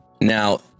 Now